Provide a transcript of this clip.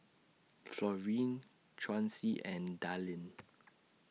Florine Chauncy and Dallin